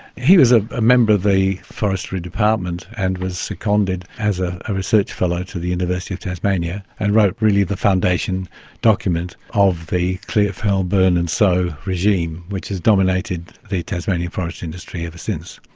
he was a ah member of the forestry department and was seconded as ah a research fellow to the university of tasmania and wrote really the foundation document of the clear fell, burn and sow regime which has dominated the tasmanian forestry industry ever since.